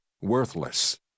worthless